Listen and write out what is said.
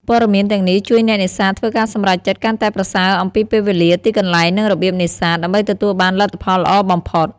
ព័ត៌មានទាំងនេះជួយអ្នកនេសាទធ្វើការសម្រេចចិត្តកាន់តែប្រសើរអំពីពេលវេលា ទីកន្លែង និងរបៀបនេសាទ ដើម្បីទទួលបានលទ្ធផលល្អបំផុត។